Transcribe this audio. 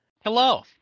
Hello